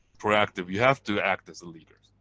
proactive. you have to act as leaders.